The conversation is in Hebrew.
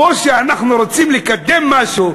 כמו שאנחנו רוצים לקדם משהו,